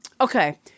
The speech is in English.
Okay